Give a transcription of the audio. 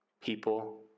people